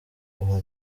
uwa